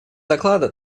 доклада